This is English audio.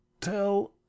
tell